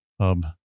hub